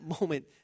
moment